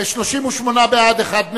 38 בעד, אחד נגד,